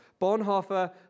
bonhoeffer